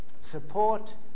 support